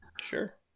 Sure